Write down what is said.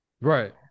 Right